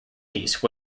piece